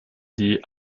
die